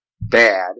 bad